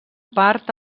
part